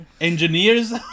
Engineers